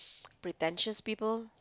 pretentious people